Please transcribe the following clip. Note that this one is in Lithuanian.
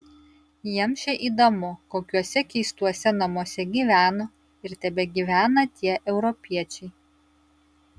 jiems čia įdomu kokiuose keistuose namuose gyveno ir tebegyvena tie europiečiai